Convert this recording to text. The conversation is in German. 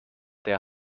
der